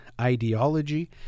Ideology